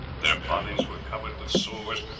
their bodies were covered with sores,